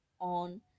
on